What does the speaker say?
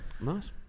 Nice